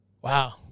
wow